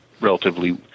relatively